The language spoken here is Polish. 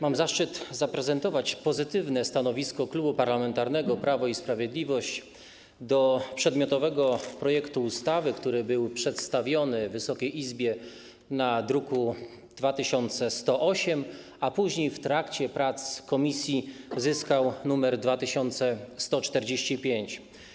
Mam zaszczyt zaprezentować pozytywne stanowisko Klubu Parlamentarnego Prawo i Sprawiedliwość wobec przedmiotowego projektu ustawy, który był przedstawiony Wysokiej Izbie w druku nr 2108, a później w trakcie prac komisji zyskał nr 2145.